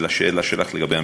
לשאלה שלך לגבי המספרים.